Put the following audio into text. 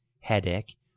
headache